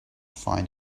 find